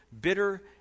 bitter